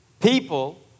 People